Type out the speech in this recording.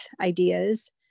ideas